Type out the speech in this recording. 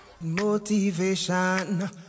Motivation